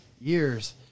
years